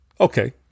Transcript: Okay